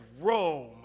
Rome